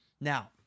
now